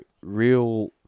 real